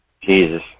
Jesus